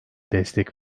destek